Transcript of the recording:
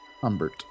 Humbert